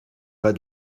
pas